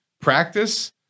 practice